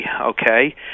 Okay